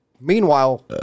meanwhile